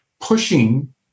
pushing